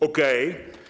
Okej.